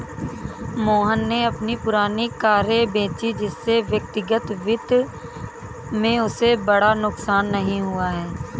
मोहन ने अपनी पुरानी कारें बेची जिससे व्यक्तिगत वित्त में उसे बड़ा नुकसान नहीं हुआ है